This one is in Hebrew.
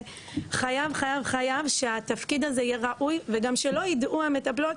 וחייב חייב חייב שהתפקיד הזה יהיה ראוי וגם שלא יידעו המטפלות,